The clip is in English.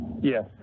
Yes